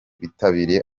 bitabiriye